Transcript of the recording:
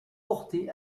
portée